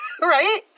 Right